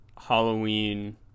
Halloween